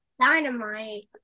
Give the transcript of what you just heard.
dynamite